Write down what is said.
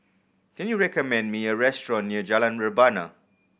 can you recommend me a restaurant near Jalan Rebana